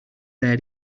their